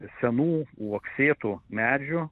senų uoksėtų medžių